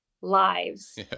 lives